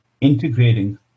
integrating